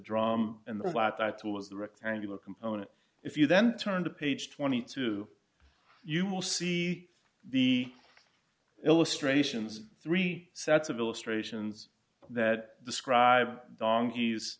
drum in the lab that two of the rectangular components if you then turn to page twenty two you will see the illustrations three sets of illustrations that describe donkey